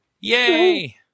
Yay